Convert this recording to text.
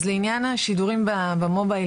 אז בעניין השידורים במובייל,